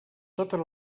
totes